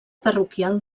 parroquial